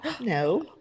no